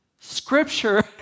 Scripture